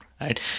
Right